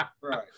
right